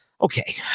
Okay